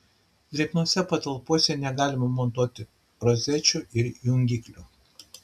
drėgnose patalpose negalima montuoti rozečių ir jungiklių